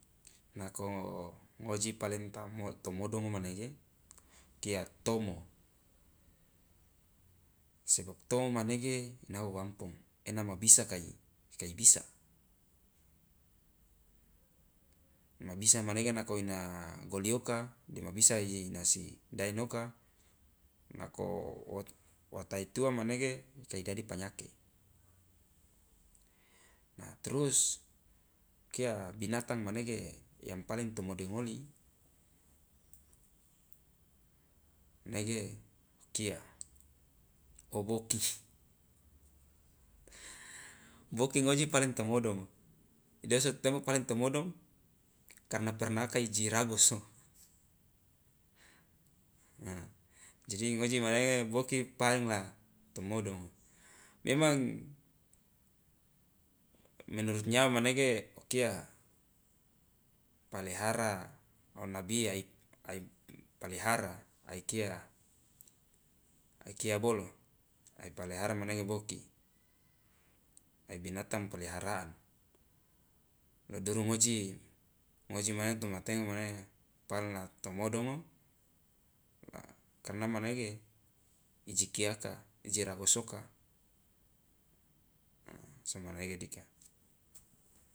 Nako ngoji paling tamo tomodongo manege kia tomo sebab tomo manege inao ampong ena ma bisa kai kai bisa ma bisa manege nako ina goli oka dema bisa inasi daenoka nako wo wa taituwa manege kai dadi panyake nah trus kia binatang manege yang paling tomdongoli manege okia oboki boki ngoji paling tomodongo idoa so totemo paling tomodongo karna pernaka iji ragoso na jadi ngoji manege boki paling la tomodongo memang manurut nyawa manege okia pallihara onabi ai ai palihara ai kia ai kia bolo ai palihara manege boki ai binatang peliharaan lo duru ngoji ngoji mane tomatengo mane paling la tomodongo karna manege ijikiaka iji ragosoka a somanege dika.